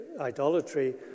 idolatry